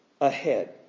ahead